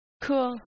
Cool